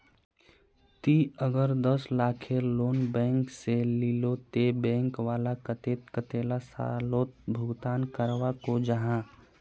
ती अगर दस लाखेर लोन बैंक से लिलो ते बैंक वाला कतेक कतेला सालोत भुगतान करवा को जाहा?